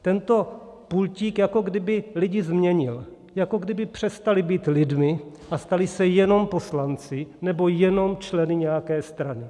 Tento pultík jako kdyby lidi změnil, jako kdyby přestali být lidmi a stali se jenom poslanci nebo jenom členy nějaké strany.